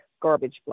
garbage